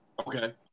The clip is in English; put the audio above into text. Okay